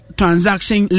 transaction